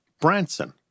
Branson